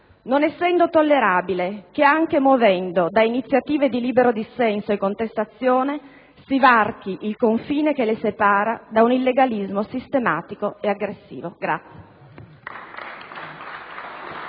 non essendo tollerabile che, anche muovendo da iniziative di libero dissenso e contestazione, si varchi il confine che le separa da un illegalismo sistematico e aggressivo.